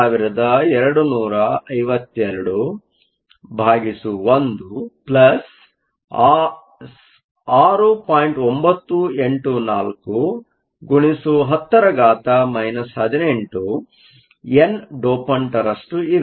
984 x 10 18 N ಡೋಪಂಟ್ರಷ್ಟು ಇವೆ